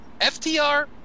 FTR